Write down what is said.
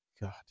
god